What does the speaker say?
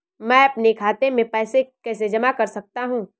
मैं अपने खाते में पैसे कैसे जमा कर सकता हूँ?